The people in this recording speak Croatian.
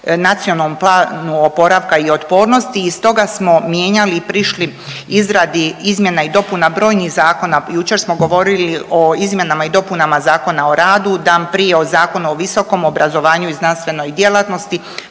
Nacionalnom planu oporavka i otpornosti i stoga smo mijenjali i prišli izradi izmjena i dopuna brojnih zakona. Jučer smo govorili o izmjenama i dopunama Zakona o radu, dan prije o Zakonu o visokom obrazovanju i znanstvenoj djelatnosti,